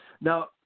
Now